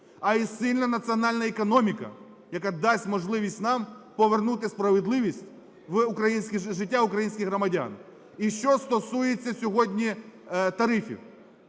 а і сильна національна економіка, яка дасть можливість нам повернути справедливість в українське життя, українських громадян. І що стосується сьогодні тарифів.